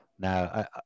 Now